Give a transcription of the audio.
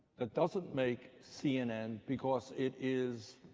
that doesn't make cnn, because it is